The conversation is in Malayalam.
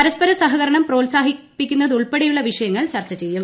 പരസ്സ്പര സഹകരണം പ്രോത്സാഹിപ്പിക്കുന്നതുൾപ്പെടെയുള്ള വീഷ്ടയ്ങൾ ചർച്ച ചെയ്യും